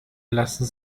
lassen